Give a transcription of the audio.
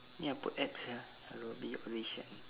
ni apa app sia adobe audition